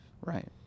Right